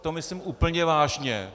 To myslím úplně vážně.